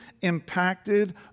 impacted